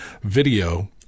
video